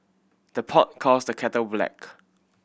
the pot calls the kettle black